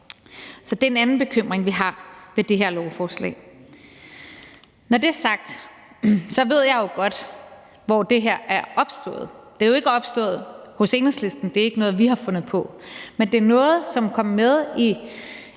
Så det er en anden bekymring, vi har i forhold til det her lovforslag. Når det er sagt, ved jeg jo godt, hvor det her er opstået. Det er ikke opstået hos Enhedslisten; det er ikke noget, vi har fundet på. Det er noget, som er kommet med